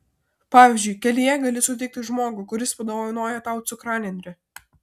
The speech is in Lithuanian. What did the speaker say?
pavyzdžiui kelyje gali sutikti žmogų kuris padovanoja tau cukranendrę